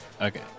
Okay